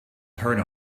turn